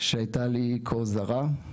שהייתה לי כה זרה,